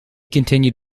continued